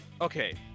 okay